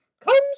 Comes